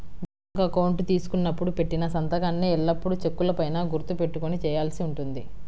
bank account తీసుకున్నప్పుడు పెట్టిన సంతకాన్నే ఎల్లప్పుడూ చెక్కుల పైన గుర్తు పెట్టుకొని చేయాల్సి ఉంటుంది